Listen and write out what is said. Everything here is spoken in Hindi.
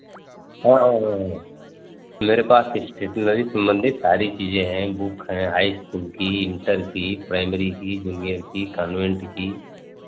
हाँ हाँ हाँ मेरे पास स्टेशनरी संबंधित सारी चीज़ें हैं बुक हैं हाई स्कूल की इंटर की प्राइमरी की जूनियर की कन्वेंट की